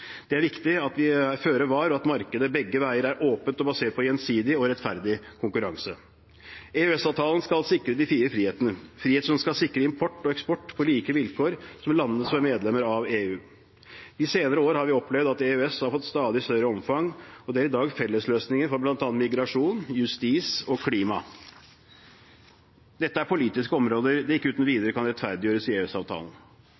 Det er viktig at vi er føre var, og at markedet begge veier er åpent og basert på gjensidig og rettferdig konkurranse. EØS-avtalen skal sikre de fire frihetene – friheter som skal sikre import og eksport på like vilkår som landene som er medlemmer av EU. De senere år har vi opplevd at EØS har fått stadig større omfang, og det er i dag fellesløsninger for bl.a. migrasjon, justis og klima. Dette er politiske områder som ikke uten